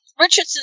Richardson